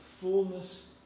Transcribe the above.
fullness